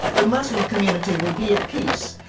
the muslim community will be at peace,